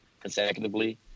consecutively